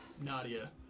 Nadia